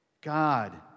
God